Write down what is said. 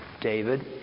David